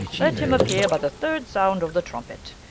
let him appear by the third sound of the trumpet.